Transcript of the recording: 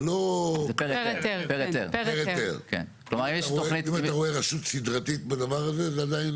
זה לא --- זה פר היתר אם אתה רואה רשות סדרתית בדבר הזה,